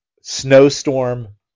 snowstorm